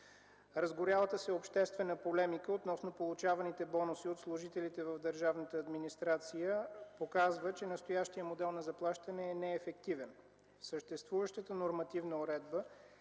Разгорялата се обществена полемика относно получаваните бонуси от служители в държавната администрация показва, че настоящият модел на заплащане е неефективен. В съществуващата нормативна уредба